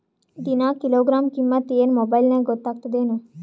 ದಿನಾ ಕಿಲೋಗ್ರಾಂ ಕಿಮ್ಮತ್ ಏನ್ ಮೊಬೈಲ್ ನ್ಯಾಗ ಗೊತ್ತಾಗತ್ತದೇನು?